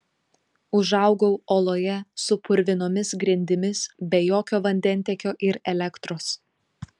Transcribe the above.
užaugau oloje su purvinomis grindimis be jokio vandentiekio ir elektros